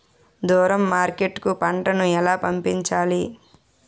దూరం మార్కెట్ కు పంట ను ఎలా పంపించాలి?